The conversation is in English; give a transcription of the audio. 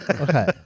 Okay